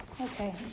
Okay